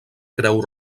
creu